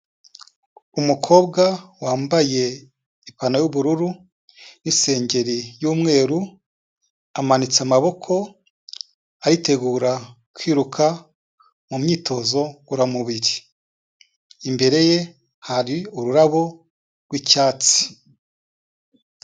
Umukobwa wambaye ipantaro y'ubururu, n'isengeri y'umweru, amanitse amaboko, aritegura kwiruka mumyitozo ngororamubiri, imbere ye hari ururabo rw'icyatsi.